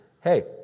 hey